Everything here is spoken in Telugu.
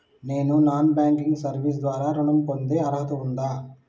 నేను నాన్ బ్యాంకింగ్ సర్వీస్ ద్వారా ఋణం పొందే అర్హత ఉందా?